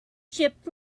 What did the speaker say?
ship